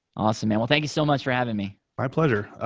awesome, man. well, thank you so much for having me. my pleasure.